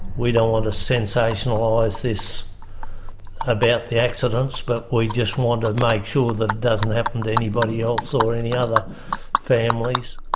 we don't want to sensationalise this about the accident, but we just want to make sure that it doesn't happen to anybody else or any other families.